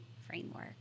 Framework